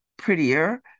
prettier